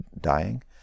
dying